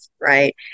right